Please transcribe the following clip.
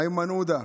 איימן עודה,